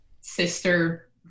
sister